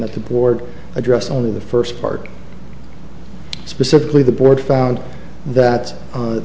that the board addressed only the first part specifically the board found that